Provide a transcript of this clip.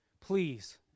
please